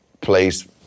place